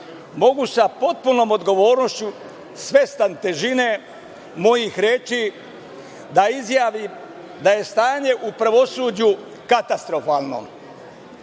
mogu sa potpunom odgovornošću svestan težine mojih reči da izjavim da je stanje u pravosuđu katastrofalno,